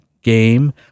game